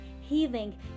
heaving